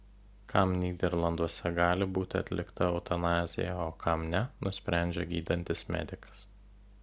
kam nyderlanduose gali būti atlikta eutanazija o kam ne nusprendžia gydantis medikas